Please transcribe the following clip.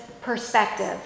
perspective